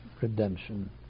Redemption